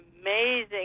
amazing